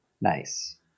nice